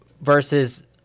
versus